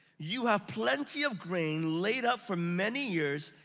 you have plenty of grain laid up for many years.